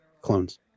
Clones